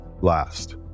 last